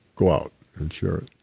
go out and share it.